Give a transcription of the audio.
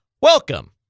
welcome